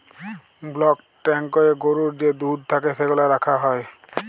block ট্যাংকয়ে গরুর যে দুহুদ থ্যাকে সেগলা রাখা হ্যয়